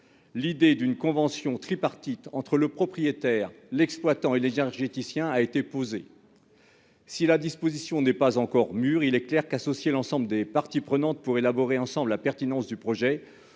l'idée d'une convention tripartite entre le propriétaire, l'exploitant et l'énergéticien a été posée. Si la disposition n'est pas encore mûr, il est clair qu'associer l'ensemble des parties prenantes pour élaborer ensemble la pertinence du projet